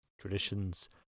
traditions